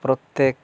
প্রত্যেক